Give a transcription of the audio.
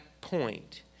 point